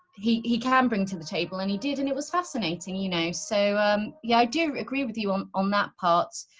he he can bring to the table and he did, and it was fascinating. sing, you know so um yeah, i do agree with you um on that part.